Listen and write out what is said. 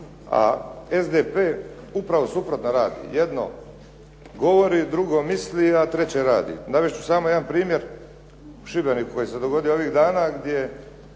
a SDP upravo suprotno radi. Jedno govori, drugo misli, a treće radi. Navest ću samo jedan primjer u Šibeniku koji se dogodio ovih dana, gdje